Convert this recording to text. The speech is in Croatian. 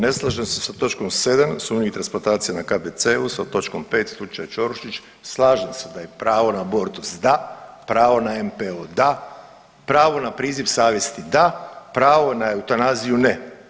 Ne slažem se sa točkom 7 sumnjivih transplantacija na KBC-u, sa točkom 5 slučaj Čorušić, slažem se da je pravo na abortus da, pravo na MPO da, pravo na priziv savjesti da, pravo na eutanaziju ne.